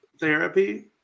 therapy